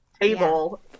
table